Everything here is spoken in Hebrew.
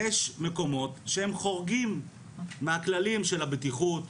יש מקומות שחורגים מכללי הבטיחות,